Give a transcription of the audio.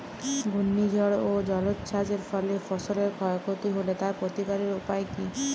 ঘূর্ণিঝড় ও জলোচ্ছ্বাস এর ফলে ফসলের ক্ষয় ক্ষতি হলে তার প্রতিকারের উপায় কী?